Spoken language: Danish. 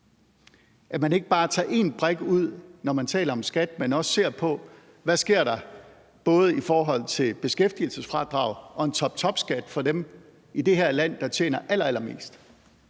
at man ikke bare tager én brik ud, når man taler om skat, men også ser på, hvad der sker både i forhold til beskæftigelsesfradrag og en toptopskat for dem i det her land, der tjener allerallermest.